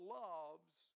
loves